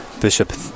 Bishop